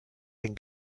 den